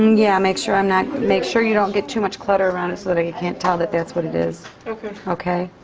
yeah. make sure i'm not make sure you don't get too much clutter around it so that you can't tell that that's what it is. okay. okay?